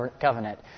covenant